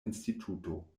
instituto